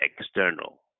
external